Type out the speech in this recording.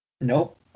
Nope